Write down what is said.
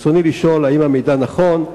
רצוני לשאול: 1. האם המידע נכון?